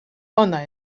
ona